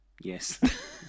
yes